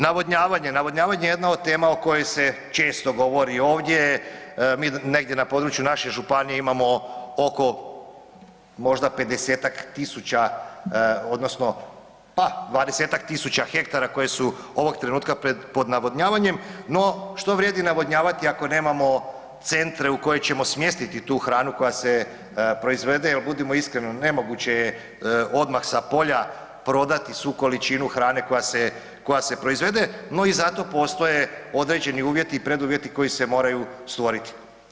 Navodnjavanje, navodnjavanje je jedna od tema o kojoj se često govori ovdje, mi negdje na području naše županije imamo oko možda 50-tak tisuća odnosno pa 20-tak tisuća hektara koje su ovog trenutka pod navodnjavanjem, no što vrijedi navodnjavati ako nemamo centre u koje ćemo smjestiti tu hranu koja se proizvede jer budimo iskreni nemoguće je odmah sa polja prodati svu količinu hrane koja se proizvede no i za to postoje određeni uvjeti i preduvjeti koji se moraju stvoriti.